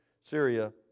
Syria